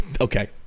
Okay